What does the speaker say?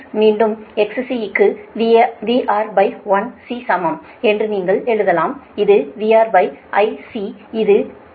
மீண்டும் XC க்கு VRIC சமம் என்று நீங்கள் எழுதலாம் இது VRIC இது 68